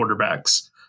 quarterbacks